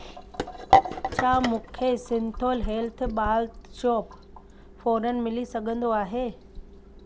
छा मूंखे Cinthol health bath soap फ़ौरनि मिली सघंदो आहे